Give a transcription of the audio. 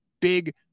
big